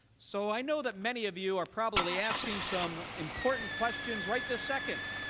so i know that many of you are probably asking some important questions right this second,